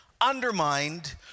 undermined